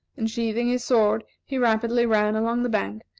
and sheathing his sword he rapidly ran along the bank,